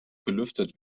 belüftet